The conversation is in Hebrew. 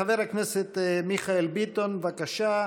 חבר הכנסת מיכאל ביטון, בבקשה.